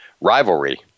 rivalry